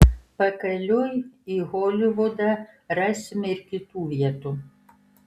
pakeliui į holivudą rasime ir kitų vietų